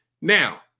now